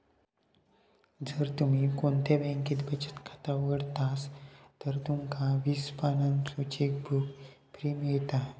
जर तुम्ही कोणत्या बॅन्केत बचत खाता उघडतास तर तुमका वीस पानांचो चेकबुक फ्री मिळता